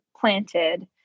planted